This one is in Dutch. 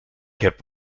heb